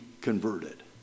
converted